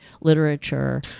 literature